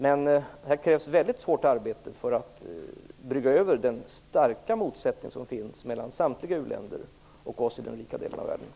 Men i detta sammanhang krävs mycket hårt arbete för att brygga över den starka motsättning som finns mellan samtliga u-länder och oss i den rika delen av världen.